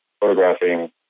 photographing